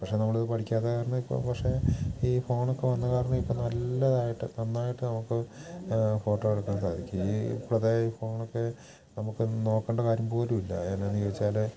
പക്ഷെ നമ്മളിത് പഠിക്കാത്തത് കാരണം ഇപ്പോൾ പക്ഷെ ഈ ഫോണൊക്കെ വന്ന കാരണം ഇപ്പം നല്ലതായിട്ട് നന്നായിട്ട് നമുക്ക് ഫോട്ടോ എടുക്കാൻ സാധിക്കും ഈ ഇപ്പത്തെ ഈ ഫോണൊക്കെ നമുക്ക് നോക്കേണ്ട കാര്യം പോലും ഇല്ല അതെന്താണെന്ന് ചോദിച്ചാൽ